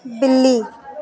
बिल्ली